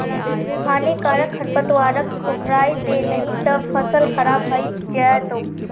हानिकारक खरपतवारक उखड़इ दे नही त फसल खराब हइ जै तोक